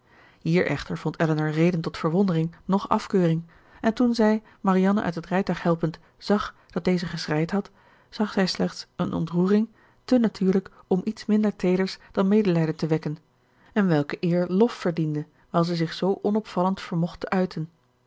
hier echter vond elinor reden tot verwondering noch afkeuring en toen zij marianne uit het rijtuig helpend zag dat deze geschreid had zag zij slechts eene ontroering te natuurlijk om iets minder teeders dan medelijden te wekken en welke eer lof verdiende wijl zij zich zoo onopvallend vermocht te uiten